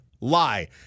lie